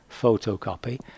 photocopy